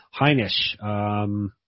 Heinisch